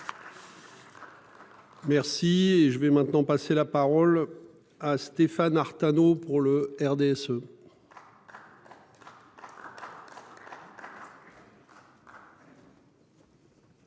Merci je vais maintenant passer la parole à Stéphane Artano pour le RDSE.